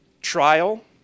trial